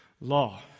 law